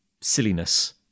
silliness